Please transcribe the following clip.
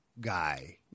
guy